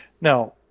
Now